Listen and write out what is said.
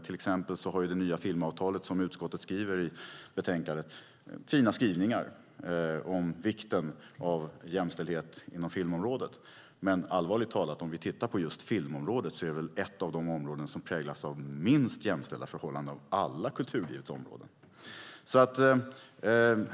Till exempel har det nya filmavtalet, som utskottet skriver i betänkandet, fina skrivningar om vikten av jämställdhet inom filmområdet. Men, allvarligt talat, om vi tittar på just filmområdet är det väl ett av de områden som präglas av minst jämställda förhållanden av alla kulturlivets områden.